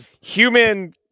human